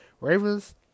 Ravens